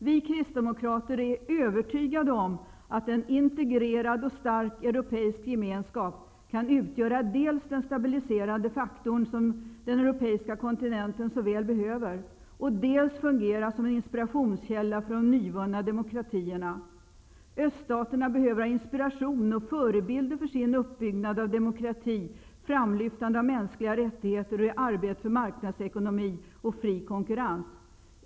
Vi kristdemokrater är övertygade om att en integrerad och stark europeisk gemenskap kan dels utgöra den stabiliserande faktor som den europeiska kontinenten så väl behöver, dels fungera som en inspirationskälla för de nyvunna demokratierna. Öststaterna behöver inspiration och förebilder för sin uppbyggnad av demokratin, för framlyftande av mänskliga rättigheter och i arbetet för marknadsekonomi och fri konkurrens.